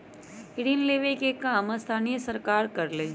ऋण लेवे के काम स्थानीय सरकार करअलई